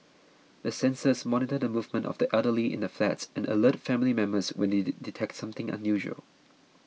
the sensors monitor the movements of the elderly in the flats and alert family members when they detect something unusual